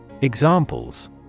Examples